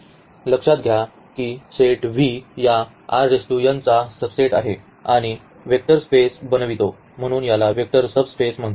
लक्षात घ्या की सेट V हा या चा सबसेट आहे आणि वेक्टर स्पेस बनवितो म्हणून याला वेक्टर सबस्पेस म्हणतात